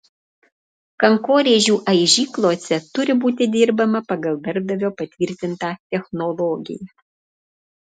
kankorėžių aižyklose turi būti dirbama pagal darbdavio patvirtintą technologiją